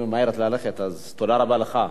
היא ממהרת ללכת, אז תודה רבה לך.